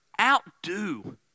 Outdo